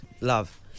love